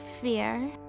fear